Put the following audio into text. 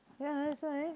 ya it's that's why